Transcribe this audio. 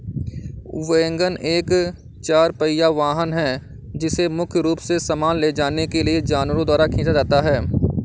wagon एक चार पहिया वाहन है जिसे मुख्य रूप से सामान ले जाने के लिए जानवरों द्वारा खींचा जाता है